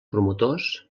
promotors